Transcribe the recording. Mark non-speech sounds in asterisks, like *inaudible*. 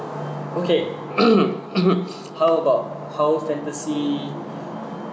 okay *coughs* how about how fantasy